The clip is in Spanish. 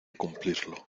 cumplirlo